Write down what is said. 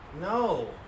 No